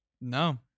No